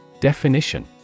Definition